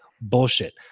bullshit